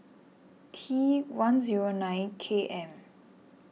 T one zero nine K M